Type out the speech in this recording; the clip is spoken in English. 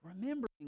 Remembering